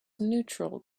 neutral